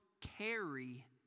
carry